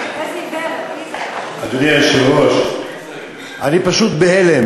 אדוני היושב-ראש, אני פשוט בהלם.